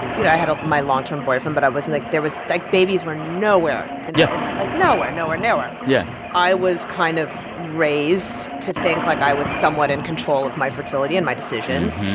you know, i had my long-term boyfriend, but i wasn't like, there was like, babies were nowhere and yeah like, nowhere, nowhere, nowhere yeah i was kind of raised to think, like, i was somewhat in control of my fertility and my decisions,